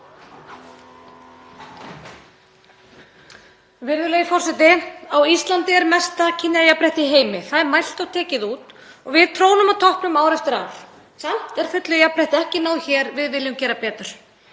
Virðulegi forseti. Á Íslandi er mesta kynjajafnrétti í heimi. Það er mælt og tekið út og við trónum á toppnum ár eftir ár. Samt er fullu jafnrétti ekki náð hér. Við viljum gera betur.